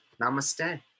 Namaste